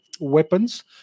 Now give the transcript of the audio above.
weapons